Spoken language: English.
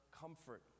comfort